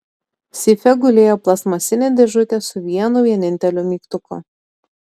seife gulėjo plastmasinė dėžutė su vienu vieninteliu mygtuku